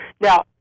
Now